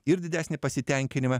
ir didesnį pasitenkinimą